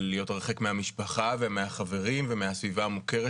של להיות הרחק מהמשפחה ומהחברים ומהסביבה המוכרת